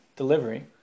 Delivery